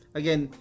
again